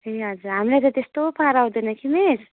ए हजुर हामीलाई त त्यस्तो पारा आउँदैन कि मिस